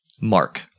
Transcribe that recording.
Mark